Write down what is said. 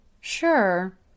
sure